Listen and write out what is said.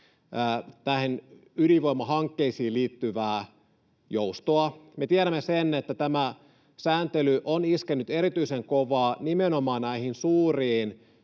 ydinvoimahankkeisiin liittyvää joustoa. Me tiedämme sen, että tämä sääntely on iskenyt erityisen kovaa nimenomaan näihin suuriin